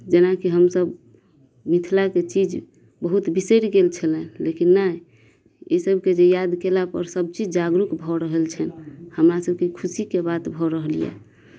जेनाकि हमसब मिथिलाके चीज बहुत बिसैरि गेल छलै लेकिन नहि ई सभके जे याद केला पर सभचीज जागरूक भऽ रहल छै हमरा सभके खुशीके बात भऽ रहल यऽ